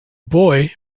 boy